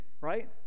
Right